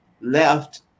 left